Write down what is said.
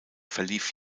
verlief